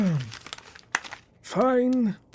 Fine